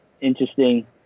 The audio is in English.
interesting